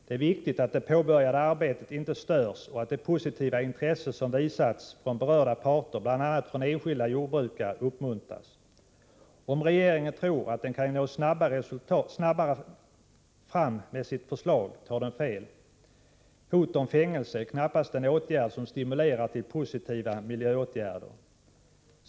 Det är viktigt att det påbörjade arbetet inte störs och att det positiva intresse som visats från berörda parter, bl.a. från enskilda jordbrukare, uppmuntras. Om regeringen tror att det kan gå snabbare med sitt förslag tar den fel. Hot om fängelse är knappast en åtgärd som stimulerar till positiva miljöåtgärder.